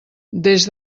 des